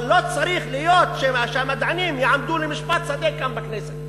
אבל לא צריך להיות שהמדענים יעמדו למשפט שדה כאן בכנסת,